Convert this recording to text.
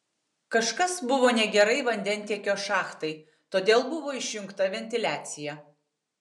kažkas buvo negerai vandentiekio šachtai todėl buvo išjungta ventiliacija